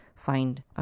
find